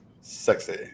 Sexy